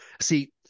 See